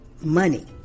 money